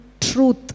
truth